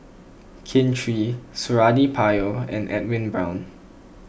Kin Chui Suradi Parjo and Edwin Brown